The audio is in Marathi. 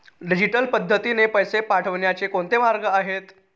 डिजिटल पद्धतीने पैसे पाठवण्याचे कोणते मार्ग आहेत?